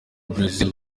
brezil